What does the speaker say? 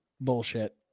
Bullshit